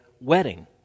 wedding